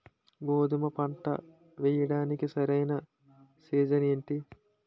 గోధుమపంట వేయడానికి సరైన సీజన్ ఏంటి?